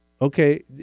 Okay